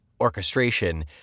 orchestration